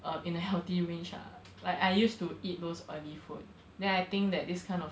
uh in a healthy range ah like I used to eat those oily food then I think that this kind of